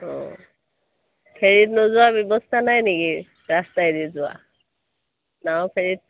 অঁ ফেৰিত নোযোৱা ব্যৱস্থা নাই নেকি ৰাস্তাইদি যোৱা নাও ফেৰিত